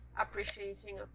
appreciating